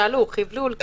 שאלו חבלול.